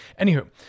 Anywho